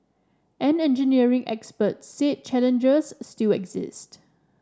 an engineering expert said challenges still exist